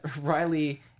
Riley